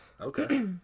Okay